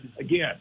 again